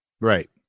Right